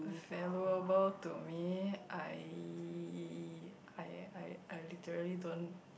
valuable to me I I I I literally don't